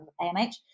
amh